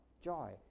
joy